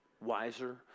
wiser